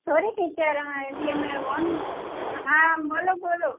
sorry teacher એટલે મેં વોન હા બોલો બોલો